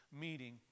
meeting